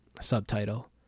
subtitle